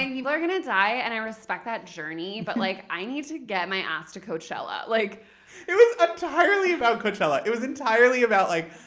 and people are going to die and i respect that journey, but like i need to get my ass to coachella. like it was um entirely about coachella. it was entirely about like,